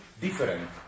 different